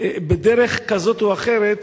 בדרך כזאת או אחרת,